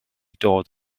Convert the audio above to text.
dod